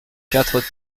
quatre